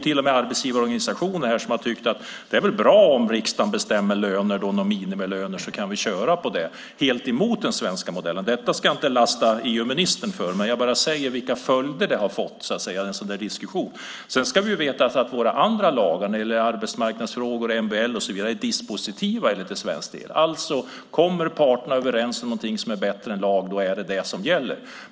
Till och med arbetsgivarorganisationer här har sagt: Det är väl bra om riksdagen bestämmer om minimilöner, så kan vi köra efter det, helt emot den svenska modellen alltså. Jag ska inte lasta EU-ministern för det utan vill bara peka på vilka följder som en sådan där diskussion har fått. Vi ska veta att våra andra lagar - det gäller då bland annat arbetsmarknadsfrågor och MBL - är dispositiva. Kommer parterna överens om någonting som är bättre än lag är det alltså det som gäller.